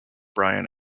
brian